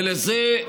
ולזה,